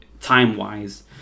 time-wise